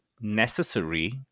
necessary